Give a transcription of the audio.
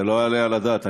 זה לא יעלה על הדעת.